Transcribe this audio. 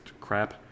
crap